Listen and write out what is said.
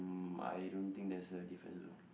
mm I don't think there's a difference though